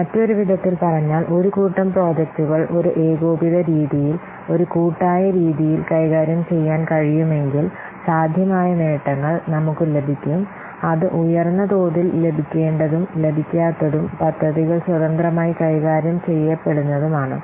മറ്റൊരു വിധത്തിൽ പറഞ്ഞാൽ ഒരു കൂട്ടം പ്രോജക്ടുകൾ ഒരു ഏകോപിത രീതിയിൽ ഒരു കൂട്ടായ രീതിയിൽ കൈകാര്യം ചെയ്യാൻ കഴിയുമെങ്കിൽ സാധ്യമായ നേട്ടങ്ങൾ നമുക്ക് ലഭിക്കും അത് ഉയർന്ന തോതിൽ ലഭിക്കേണ്ടതും ലഭിക്കാത്തതും പദ്ധതികൾ സ്വതന്ത്രമായി കൈകാര്യം ചെയ്യപ്പെടുന്നതുമാണ്